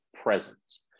presence